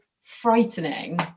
frightening